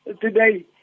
today